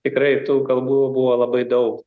tikrai tų kalbų buvo labai daug